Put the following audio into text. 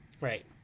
Right